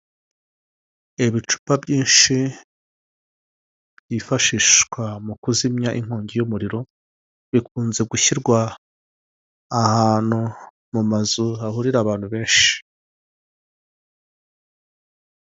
Ibicupa byinshi byifashishwa mu kuzimya inkongi y'umuriro. Bikunze gushyirwa ahantu mu mazu, hahurira abantu benshi.